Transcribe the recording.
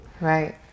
Right